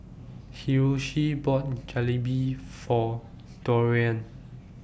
Hiroshi bought Jalebi For Dorian